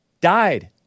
died